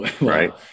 Right